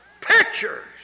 pictures